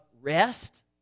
rest